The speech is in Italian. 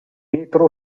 metro